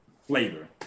flavor